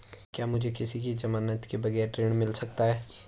क्या मुझे किसी की ज़मानत के बगैर ऋण मिल सकता है?